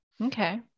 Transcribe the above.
Okay